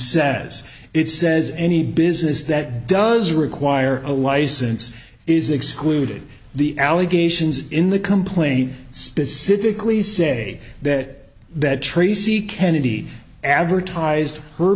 says it says any business that does require a license is excluded the allegations in the complaint specifically say that that tracy kennedy advertised her